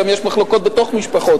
גם יש מחלוקות בתוך משפחות,